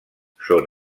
són